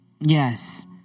Yes